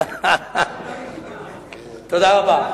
תודה רבה.